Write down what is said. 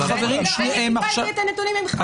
חברים ------ את הנתונים מולך,